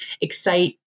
excite